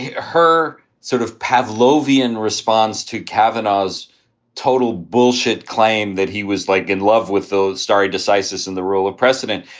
her sort of pavlovian response to kavanagh's total bullshit claim that he was like in love with those starry decisis and the rule of precedent.